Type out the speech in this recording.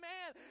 Man